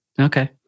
Okay